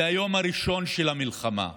מהיום הראשון של המלחמה אמרנו,